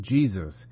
Jesus